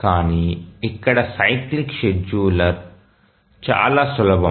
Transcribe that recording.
కానీ ఇక్కడ cyclic scheduler చాలా సులభం